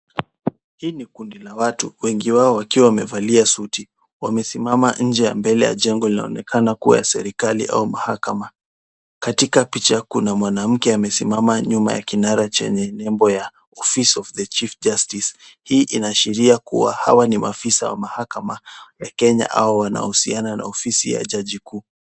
Hili ni kundi la watu, wengi wao wakiwa wamevalia suti, wamesimama nje ya mbele ya jengo linaonekana kuwa la serikali au mahakama. Katika picha kuna mwanamke amesimama nyuma ya kinara chenye nembo ya office of the chief justice , hii inaashiria kuwa hawa ni maafisa wa mahakama ya Kenya au wanahusiana na ofisi ya jaji mkuu.